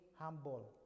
humble